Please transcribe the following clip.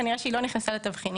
כנראה שהיא לא נכנסה לתבחינים.